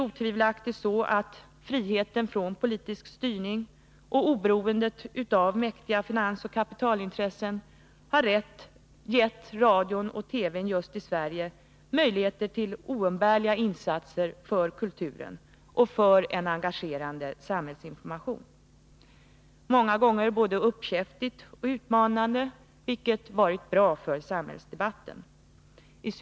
Friheten 109 från politisk styrning och oberoendet av mäktiga finansoch kapitalintressen har otvivelaktigt gett radion och TV-n i Sverige möjligheter till oumbärliga insatser för kulturen och för en engagerande samhällsinformation — många gånger både uppkäftigt och utmanande, vilket har varit bra för samhällsdebatten.